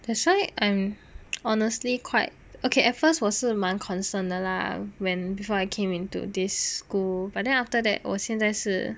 that's why I'm honestly quite ok at first 我是满 concern 的 lah when before I came into this school but after that 我现在是